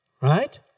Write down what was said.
right